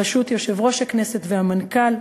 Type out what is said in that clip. בראשות יושב-ראש הכנסת והמנכ"ל.